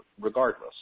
regardless